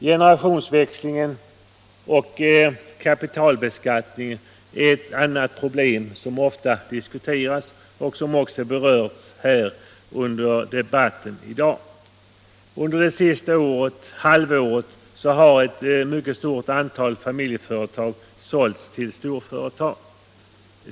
Generationsväxlingen och kapitalbeskattningen är ett annat problem som ofta diskuteras och som också berörts under debatten här i dag. Under det senaste halvåret har ett mycket stort antal familjeföretag sålts till storföretag.